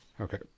okay